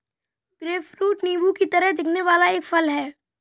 grapefruit नींबू की तरह दिखने वाला एक फल है